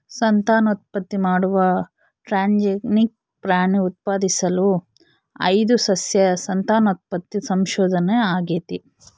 ಸಂತಾನೋತ್ಪತ್ತಿ ಮಾಡುವ ಟ್ರಾನ್ಸ್ಜೆನಿಕ್ ಪ್ರಾಣಿ ಉತ್ಪಾದಿಸಲು ಆಯ್ದ ಸಸ್ಯ ಸಂತಾನೋತ್ಪತ್ತಿ ಸಂಶೋಧನೆ ಆಗೇತಿ